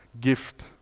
gift